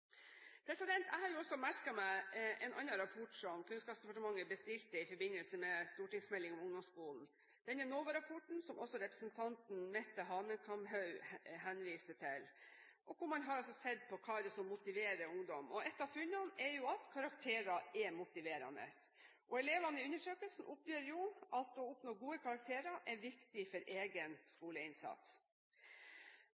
Jeg har også merket meg en annen rapport, som Kunnskapsdepartementet bestilte i forbindelse med stortingsmeldingen om ungdomsskolen, NOVA-rapporten – som også representanten Mette Hanekamhaug henviste til – hvor man har sett på hva som motiverer ungdom. Et av funnene er at karakterer er motiverende. Elevene i undersøkelsen oppgir at å oppnå gode karakterer er viktig for egen